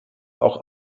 auch